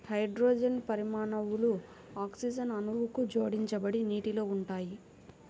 hydrogen పరమాణువులు oxygen అణువుకు జోడించబడి నీటిలో ఉంటాయి